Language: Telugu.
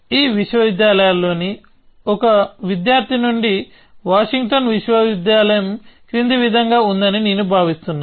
ఈ విశ్వవిద్యాలయాలలోని ఒక విద్యార్థి నుండి వాషింగ్టన్ విశ్వవిద్యాలయం క్రింది విధంగా ఉందని నేను భావిస్తున్నాను